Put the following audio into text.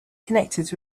connected